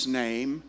name